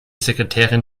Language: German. sekretärin